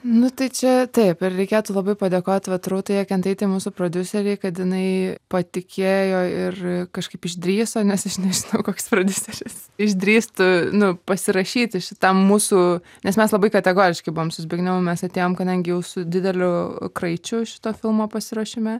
nu tai čia taip ir reikėtų labai padėkot vat rūtai jakentaitei mūsų prodiuserei kad jinai patikėjo ir kažkaip išdrįso nes aš nežinau koks prodiuseris išdrįstų nu pasirašyti šitam mūsų nes mes labai kategoriški buvom su zbignevu mes atėjom kadangi jau su dideliu kraičiu šito filmo pasiruošime